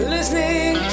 Listening